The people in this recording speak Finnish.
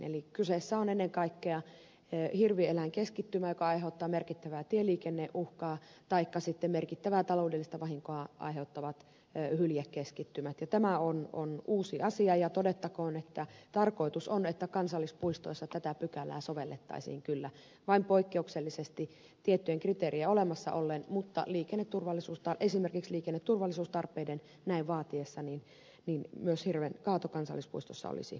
eli kyseessä on ennen kaikkea hirvieläinkeskittymä joka aiheuttaa merkittävää tieliikenneuhkaa taikka sitten merkittävää taloudellista vahinkoa aiheuttavat hyljekeskittymät ja tämä on uusi asia ja todettakoon että tarkoitus on että kansallispuistoissa tätä pykälää sovellettaisiin kyllä vain poikkeuksellisesti tiettyjen kriteerien olemassa ollen mutta esimerkiksi liikenneturvallisuustarpeiden näin vaatiessa myös hirven kaato kansallispuistossa olisi mahdollista